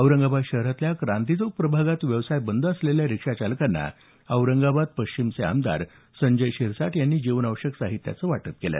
औरंगाबाद शहरातल्या क्रांती चौक प्रभागात व्यवसाय बंद असलेल्या रिक्षाचालकांना औरंगाबाद पश्चिमचे आमदार संजय शिरसाठ यांनी जीवनावश्यक साहित्याचं वितरण केल